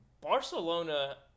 Barcelona